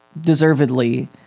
deservedly